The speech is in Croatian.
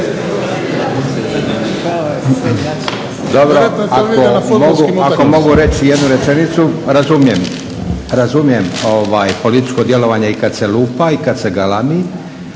Dobro ako mogu reći jednu rečenicu, razumijem političko djelovanje i kad se lupa i kad se galami